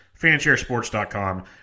FanshareSports.com